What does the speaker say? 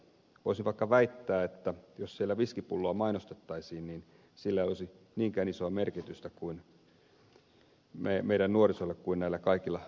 voisin vaikka väittää että jos siellä viskipulloa mainostettaisiin niin sillä ei olisi niinkään isoa merkitystä meidän nuorisollemme kuin näillä kaikilla makulonkeromainoksilla